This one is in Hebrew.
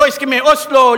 לא הסכמי אוסלו,